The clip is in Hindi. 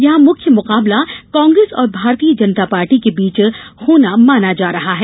यहां मुख्य मुकाबला कांग्रेस और भारतीय जनता पार्टी के र्बोच होना माना जा रहा है